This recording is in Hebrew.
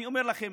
אני אומר לכם,